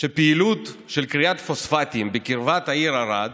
שפעילות של כריית פוספטים בקרבת העיר ערד